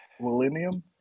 Millennium